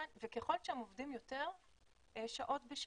ככל שהם עובדים יותר שעות בשנה,